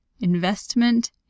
investment